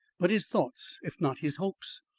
but his thoughts, if not his hopes,